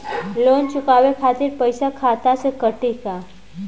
Loan चुकावे खातिर पईसा खाता से कटी का?